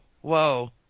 Whoa